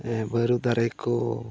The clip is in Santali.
ᱵᱟᱹᱨᱩ ᱫᱟᱨᱮ ᱠᱚ